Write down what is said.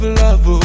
love